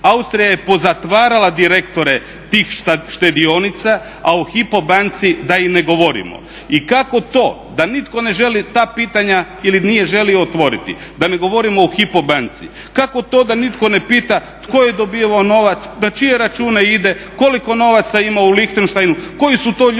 Austrija je pozatvarala direktore tih štedionica, a o Hypo banci da i ne govorimo. I kako to da nitko ne želi ta pitanja ili nije želio otvoriti, da ne govorimo o Hypo banci. Kako to da nitko ne pita tko je dobivao novac, na čije račune ide, koliko novaca ima u Lihtenštajnu, koji su to ljudi